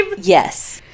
yes